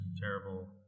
terrible